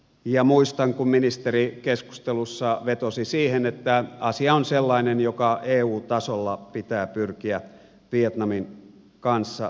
ja muistan kun ministeri keskustelussa vetosi siihen että asia on sellainen joka eu tasolla pitää pyrkiä vietnamin kanssa sopimaan